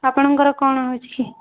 ଆପଣଙ୍କର କ'ଣ ହେଉଛି କି